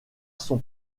son